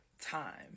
time